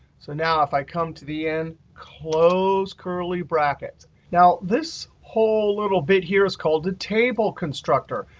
so now if i come to the end, close curly brackets. now this whole little bit here is called the table constructor.